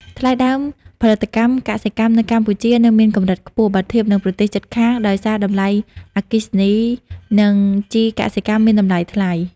ថ្លៃដើមផលិតកម្មកសិកម្មនៅកម្ពុជានៅមានកម្រិតខ្ពស់ បើធៀបនឹងប្រទេសជិតខាង ដោយសារតម្លៃអគ្គិសនី និងជីកសិកម្មមានតម្លៃថ្លៃ។